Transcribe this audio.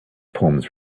poems